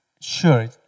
Sure